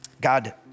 God